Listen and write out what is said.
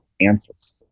answers